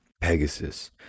Pegasus